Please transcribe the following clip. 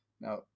Now